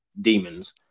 demons